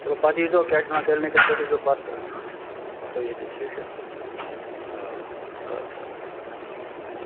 چلو پَتہٕ یی زیٚو کیٛاہ چھِ وَنان کِلِنِکَس پٮ۪ٹھ یی زیٚو پتہٕ بہٕ آسَو ییٚتی ٹھیٖک چھا آ اَدٕ سہ اَدٕ سہ